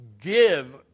give